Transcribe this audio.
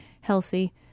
healthy